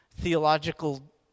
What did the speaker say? theological